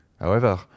However